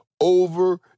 over